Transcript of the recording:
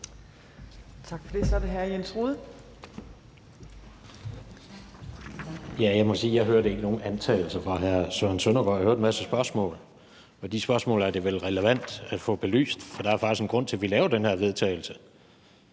Tak for det. Så er det hr. Jens Rohde.